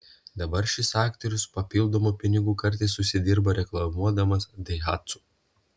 dabar šis aktorius papildomų pinigų kartais užsidirba reklamuodamas daihatsu